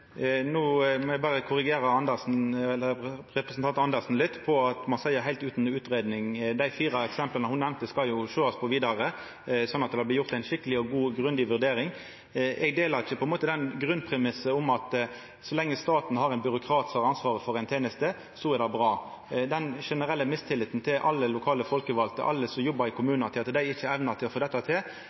No må eg berre korrigera representanten Andersen litt når ho seier «helt uten utredning». Dei fire eksempla ho nemnde, skal jo sjåast på vidare, slik at det blir gjort ei skikkeleg god og grundig vurdering. Eg deler ikkje den grunnpremissen om at så lenge staten har ein byråkrat som har ansvaret for ei teneste, er det bra, eller den generelle mistilliten til at alle lokale folkevalde, alle som jobbar i kommunane, ikkje evnar å få dette til.